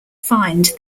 find